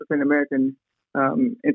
African-American